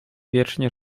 wiecznie